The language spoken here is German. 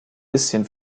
bisschen